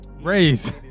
Raise